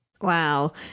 Wow